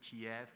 ETF